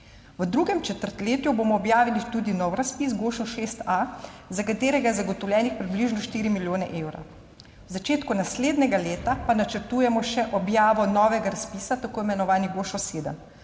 V drugem četrtletju bomo objavili tudi nov razpis GOŠO6A, za katerega je zagotovljenih približno 4 milijone evrov. V začetku naslednjega leta pa načrtujemo še objavo novega razpisa, tako imenovanega GOŠO7.